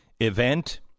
event